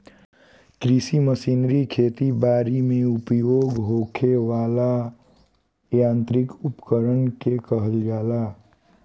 कृषि मशीनरी खेती बरी में उपयोग होखे वाला यांत्रिक उपकरण के कहल जाला